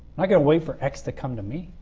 not going to wait for x to come to me.